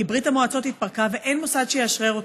כי ברית המועצות התפרקה ואין מוסד שיאשרר אותם.